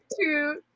two